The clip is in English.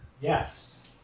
Yes